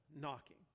knocking